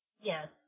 Yes